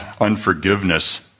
unforgiveness